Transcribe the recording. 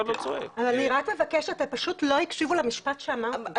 אני רק מבקשת, פשוט לא הקשיבו למשפט שאמרתי.